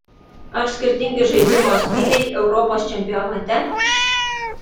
ar skirtingi žaidimo stiliai europos čempionate